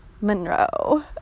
Monroe